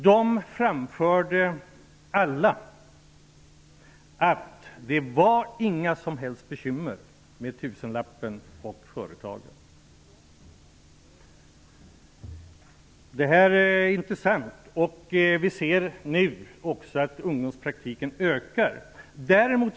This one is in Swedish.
De framförde alla att det inte var några som helst bekymmer med tusenlappen och företagen. Det här är intressant. Vi ser nu också att ungdomspraktiken ökar.